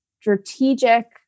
strategic